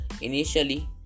initially